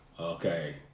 Okay